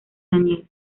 daniel